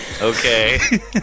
okay